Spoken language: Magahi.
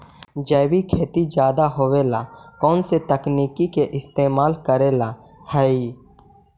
जैविक खेती ज्यादा होये ला कौन से तकनीक के इस्तेमाल करेला हई?